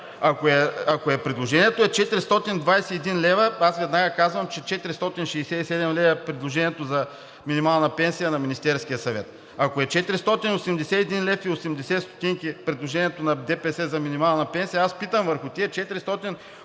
Ако предложението е 421 лв., веднага казвам, че 467 лв. е предложението за минимална пенсия на Министерския съвет. Ако е 481,80 лв. предложението на ДПС за минимална пенсия, питам върху тези 481,80